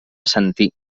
assentir